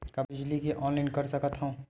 का बिजली के ऑनलाइन कर सकत हव?